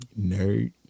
Nerd